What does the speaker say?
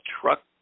truck